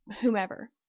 whomever